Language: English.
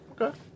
Okay